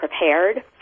prepared